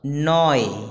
নয়